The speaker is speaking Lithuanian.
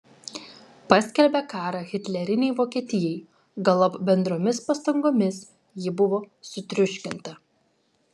paskelbė karą hitlerinei vokietijai galop bendromis pastangomis ji buvo sutriuškinta